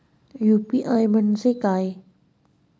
UPI म्हणजे काय?